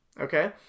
Okay